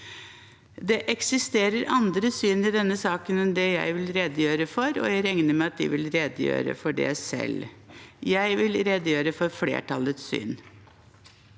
Det eksisterer andre syn i denne saken enn det jeg vil redegjøre for, og jeg regner med at man vil redegjøre for det selv. Jeg vil redegjøre for flertallets syn.